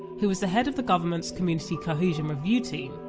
who was the head of the government's community cohesion review team.